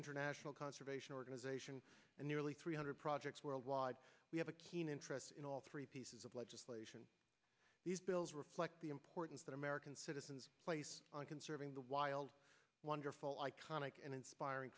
international conservation organization and nearly three hundred projects worldwide we have a keen interest in all three pieces of legislation these bills reflect the importance of american citizens on conserving the wild wonderful iconic and inspiring